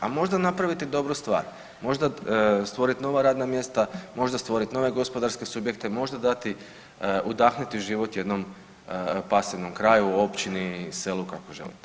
A možda napravite dobru stvar, možda stvorit nova radna mjesta, možda stvorit nove gospodarske subjekte, možda udahnuti život jednom pasivnom kraju, općini, selu kako želite.